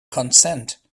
consent